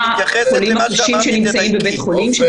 החולים הקשים שנמצאים בבית חולים --- ד"ר פרייס,